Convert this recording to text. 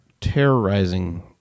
terrorizing